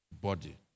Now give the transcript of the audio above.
Body